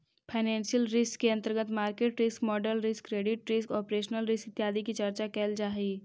financial risk के अंतर्गत market risk, model risk, credit risk, operational risk इत्यादि के चर्चा कैल जा हई